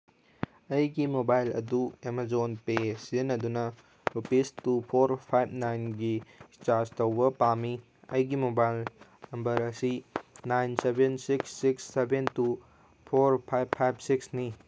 ꯑꯩꯒꯤ ꯃꯣꯕꯥꯏꯜ ꯑꯗꯨ Amazon Pay ꯁꯤꯖꯤꯟꯅꯗꯨꯅ ꯔꯨꯄꯤꯁ ꯇꯨ ꯐꯣꯔ ꯐꯥꯏꯚ ꯅꯥꯏꯟꯒꯤ ꯔꯤꯆꯥꯔꯖ ꯇꯧꯕ ꯄꯥꯝꯃꯤ ꯑꯩꯒꯤ ꯃꯣꯕꯥꯏꯜ ꯅꯝꯕꯔ ꯑꯁꯤ nine seven six six seven two four five five ꯁꯤꯛꯁꯅꯤ